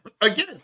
Again